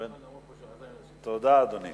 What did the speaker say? תודה, אדוני.